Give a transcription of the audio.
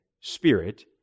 Spirit